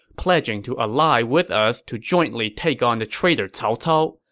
pledging to ally with us to jointly take on the traitor cao cao,